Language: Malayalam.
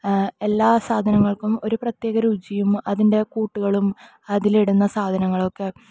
എല്ലാ സാധനങ്ങൾക്കും ഒരു പ്രത്യേക രുചിയും അതിൻ്റെ കൂട്ടുകളും അതിലിടുന്ന സാധനങ്ങളും ഒക്കെ